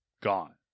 gone